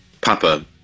Papa